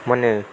મને